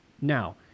Now